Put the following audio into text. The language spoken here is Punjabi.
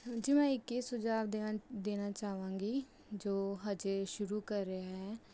ਜੀ ਮੈਂ ਇੱਕ ਹੀ ਸੁਝਾਵ ਦੇਣ ਦੇਣਾ ਚਾਹਵਾਂਗੀ ਜੋ ਹਜੇ ਸ਼ੁਰੂ ਕਰ ਰਿਹਾ ਹੈ